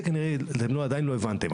את זה כנראה עדיין לא הבנתם.